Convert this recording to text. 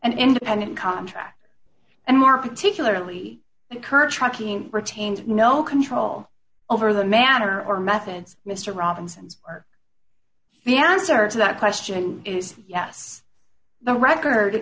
an independent contractor and more particularly occur trucking retained no control over the matter or methods mr robinson's the answer to that question is yes the record